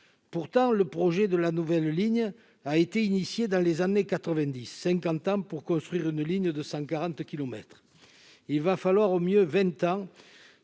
pourtant, le projet de la nouvelle ligne a été initiée dans les années 90 pour construire une ligne de 140 kilomètres, il va falloir au mieux 20 ans